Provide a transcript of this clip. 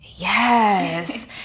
Yes